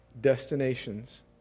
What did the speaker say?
destinations